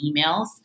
emails